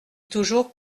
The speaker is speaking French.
toujours